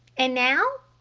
and now?